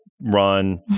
run